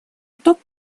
отток